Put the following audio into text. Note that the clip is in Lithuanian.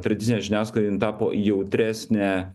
tradicinė žiniasklaida jin tapo jautresnė